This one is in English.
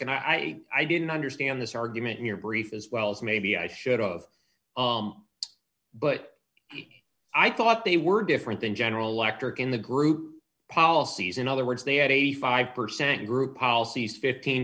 and i i didn't understand this argument in your brief as well as maybe i should but i thought they were different than general electric in the group policies in other words they had eighty five percent group policies fifteen